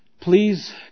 Please